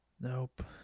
Nope